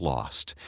Lost